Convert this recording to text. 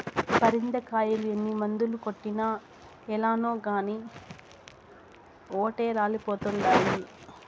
పరింద కాయలు ఎన్ని మందులు కొట్టినా ఏలనో కానీ ఓటే రాలిపోతండాయి